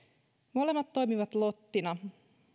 molemmat toimivat lottina